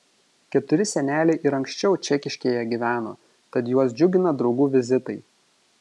keturi seneliai ir anksčiau čekiškėje gyveno tad juos džiugina draugų vizitai